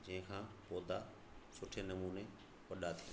जंहिंखां पौधा सुठे नमूने वॾा थिअनि